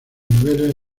niveles